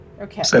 Okay